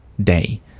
day